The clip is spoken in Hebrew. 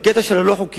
בקטע של הלא-חוקיים,